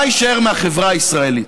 מה יישאר מהחברה הישראלית?